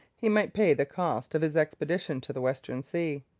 he might pay the cost of his expedition to the western sea.